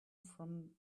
from